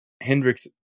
Hendrix